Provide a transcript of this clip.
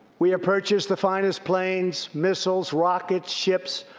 we have purchased the finest planes, missiles, rockets, ships,